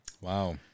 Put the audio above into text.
Wow